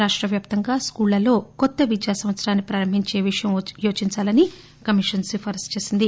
రాష్టవ్యాప్తంగా స్కూళ్లలో కొత్త విద్యా సంవత్సరాన్ని ప్రారంభించే విషయం యోచించాలని కమిషన్ ప్రభుత్వానికి సిఫారసు చేసింది